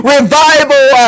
Revival